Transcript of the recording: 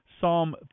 Psalm